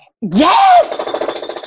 Yes